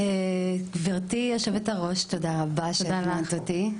גברתי היו"ר תודה רבה שהזמנת אותי,